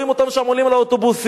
רואים אותם שם עולים על האוטובוסים.